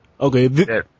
Okay